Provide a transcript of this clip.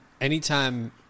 anytime